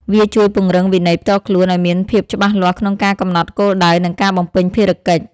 វាជួយពង្រឹងវិន័យផ្ទាល់ខ្លួនឱ្យមានភាពច្បាស់លាស់ក្នុងការកំណត់គោលដៅ និងការបំពេញភារកិច្ច។